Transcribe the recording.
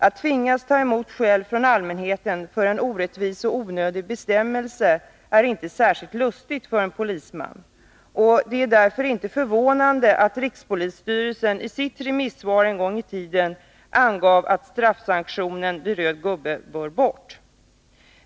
Att tvingas ta emot skäll från allmänheten för en orättvis och onödig bestämmelse är inte särskilt lustigt för en polisman. Det är därför inte förvånande att rikspolisstyrelsen i sitt remissvar en gång i tiden angav att straffsanktionen när det gäller röd gubbe bör bort.